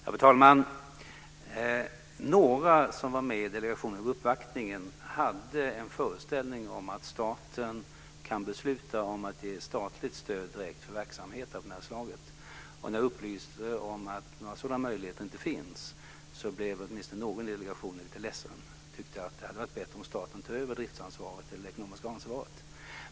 Fru talman! Några av dem som var med i delegationen vid uppvaktningen hade en föreställning om att staten kan besluta om att ge statligt stöd direkt till verksamheter av det här slaget. När jag upplyste om att några sådana möjligheter inte finns blev åtminstone någon i delegationen lite ledsen och tyckte att det hade varit bättre om staten tagit över driftsansvaret eller det ekonomiska ansvaret.